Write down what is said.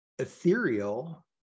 Ethereal